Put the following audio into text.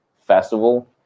festival